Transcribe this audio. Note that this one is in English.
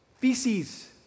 Feces